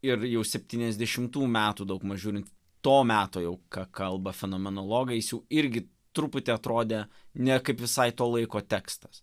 ir jau septyniasdešimtų metų daugmaž žiūrint to meto jau ką kalba fenomenologai jis jau irgi truputį atrodė ne kaip visai to laiko tekstas